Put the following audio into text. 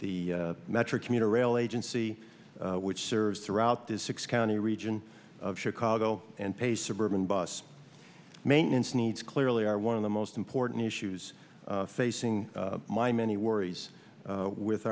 the metra commuter rail agency which serves throughout this six county region of chicago and pay suburban bus maintenance needs clearly are one of the most important issues facing my many worries with